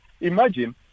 imagine